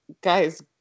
guys